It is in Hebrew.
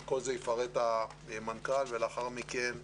את כל זה יפרט המנכ"ל ולאחר מכן הצוות.